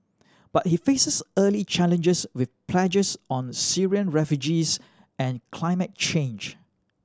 but he faces early challenges with pledges on Syrian refugees and climate change